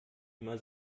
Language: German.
immer